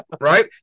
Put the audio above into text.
right